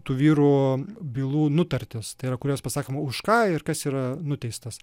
tų vyrų bylų nutartis tai yra kuriose pasakoma už ką ir kas yra nuteistas